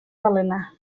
balena